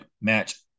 match